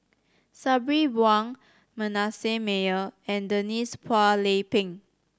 Sabri Buang Manasseh Meyer and Denise Phua Lay Peng